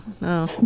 no